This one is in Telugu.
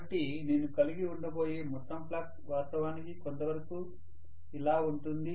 కాబట్టి నేను కలిగి ఉండబోయే మొత్తం ఫ్లక్స్ వాస్తవానికి కొంతవరకు ఇలా ఉంటుంది